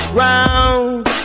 round